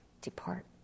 depart